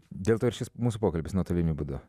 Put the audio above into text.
dėl to ir šis mūsų pokalbis nuotoliniu būdu